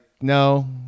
No